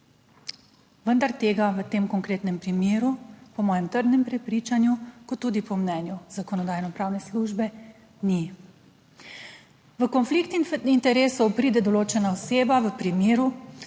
vendar tega v tem konkretnem primeru po mojem trdnem prepričanju kot tudi po mnenju Zakonodajno-pravne službe ni. V konflikt interesov pride določena oseba v primeru,